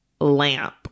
lamp